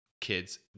kids